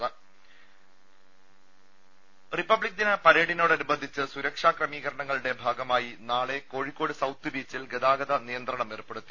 ദേദ റിപ്പബ്ലിക് ദിന പരേഡിനോടനുബന്ധിച്ച് സുരക്ഷാ ക്രമീകരണങ്ങളുടെ ഭാഗമായി നാളെ കോഴിക്കോട് സൌത്ത് ബീച്ചിൽ ഗതാഗത നിയന്ത്രണം ഏർപെടുത്തി